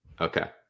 okay